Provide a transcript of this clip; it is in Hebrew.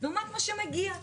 לעומת מה שמגיע לשטח.